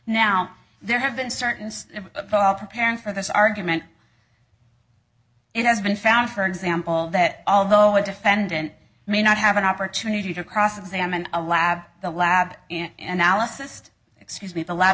now there have been certain preparing for this argument it has been found for example that although a defendant may not have an opportunity to cross examine a lab the lab analysis excuse me the lab